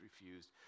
refused